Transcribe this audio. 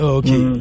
okay